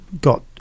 got